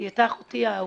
היא היתה אחותי האהובה.